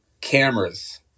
Cameras